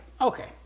Okay